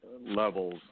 levels